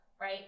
right